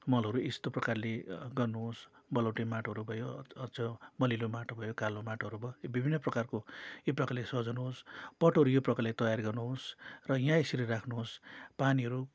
मलहरू यस्तो प्रकारले गर्नुहोस् बलौटे माटोहरू भयो अझ मलिलो माटो भयो कालो माटोहरू भयो यो विभिन्न प्रकारको यो प्रकारले सजाउनुहोस् पटहरू यो प्रकारले तयार गर्नुहोस् र यहाँ यसरी राख्नुहोस् पानीहरू